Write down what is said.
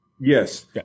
Yes